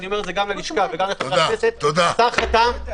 אני אומר גם ללשכה וגם לחברי הכנסת: השר חתם.